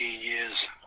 years